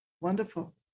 Wonderful